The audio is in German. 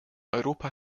europa